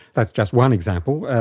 that's just one example.